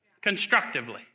constructively